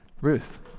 Ruth